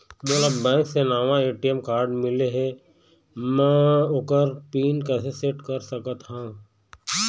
मोला बैंक से नावा ए.टी.एम कारड मिले हे, म ओकर पिन कैसे सेट कर सकत हव?